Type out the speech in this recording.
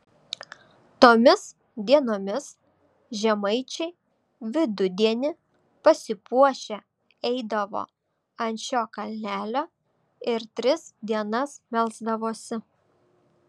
tomis dienomis žemaičiai vidudienį pasipuošę eidavo ant šio kalnelio ir tris dienas melsdavosi